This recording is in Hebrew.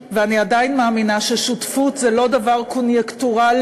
גם אני מחייכת וגם החברים כאן מחייכים בהרבה מאוד שמחה ליעל שהצטרפה